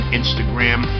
instagram